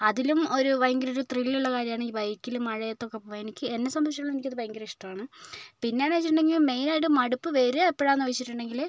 അതിലും ഒരു ഭയങ്കരൊരു ത്രില്ലുള്ള കാര്യമാണ് ഈ ബൈക്കില് മഴയത്തൊക്കെ പോകാൻ എനിക്ക് എന്നെ സംബന്ധിച്ചിടത്തോളം എനിക്കത് ഭയങ്കര ഇഷ്ടമാണ് പിന്നേന്ന് വെച്ചിട്ടുണ്ടെങ്കിൽ മെയിനായിട്ട് മടുപ്പ് വരിക എപ്പോഴാണെന്ന് വെച്ചിട്ടുണ്ടെങ്കില്